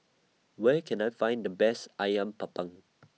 Where Can I Find The Best Ayam Panggang